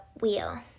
wheel